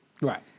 Right